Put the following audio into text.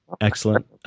Excellent